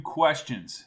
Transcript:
questions